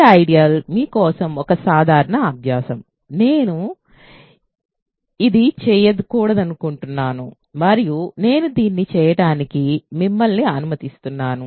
ఈ ఐడియల్ మీ కోసం ఒక సాధారణ అబ్యాసం ఇది నేను చేయకూడదనుకుంటున్నాను మరియు నేను దీన్ని చేయడానికి మిమ్మల్ని అనుమతిస్తాను